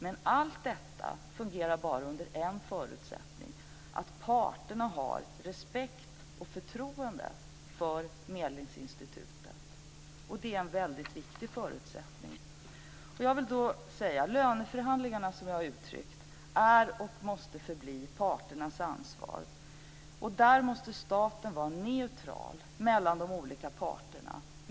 Men allt detta fungerar bara under en förutsättning, nämligen att parterna har respekt och förtroende för Medlingsinstitutet. Det är en väldigt viktig förutsättning. Löneförhandlingarna är, och måste förbli, parternas ansvar. Där måste staten vara neutral mellan de olika parterna.